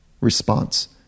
response